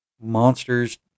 monsters